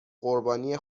قربانی